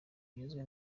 ugizwe